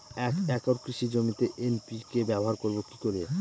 এক একর কৃষি জমিতে এন.পি.কে ব্যবহার করব কি করে?